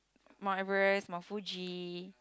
Mount-Everest Mount-Fuji